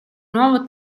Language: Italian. nuovo